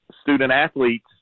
student-athletes